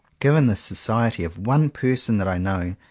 given the society of one person that i know,